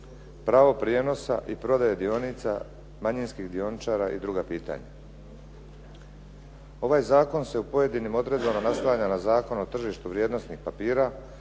pravo prijenosa i prodaje dionica, manjinskih dioničara i druga pitanja. Ovaj zakon se u pojedinim odredbama naslanja na Zakon o tržištu vrijednosnih papira,